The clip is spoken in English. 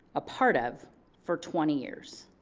a part of for twenty years